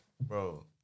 bro